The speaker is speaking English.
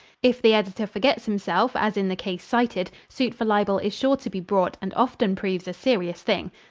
if the editor forgets himself, as in the case cited, suit for libel is sure to be brought and often proves a serious thing.